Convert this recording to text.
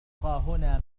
هنا